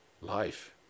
life